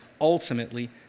ultimately